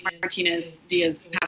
Martinez-Diaz